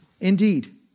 Indeed